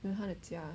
没有他的家